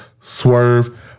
Swerve